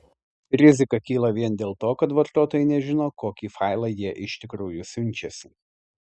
rizika kyla vien dėl to kad vartotojai nežino kokį failą jie iš tikrųjų siunčiasi